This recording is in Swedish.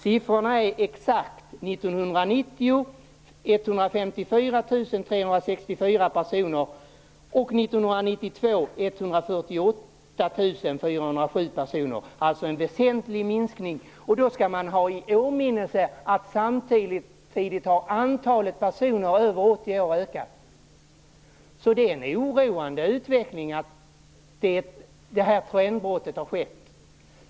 Siffrorna är exakt 154 364 personer för år 1990, och 148 407 personer för år 1992. Det har alltså skett en väsentlig minskning. Man skall ha i åminnelse att antalet personer över 80 år samtidigt har ökat. Det är en oroande utveckling att detta trendbrott har skett.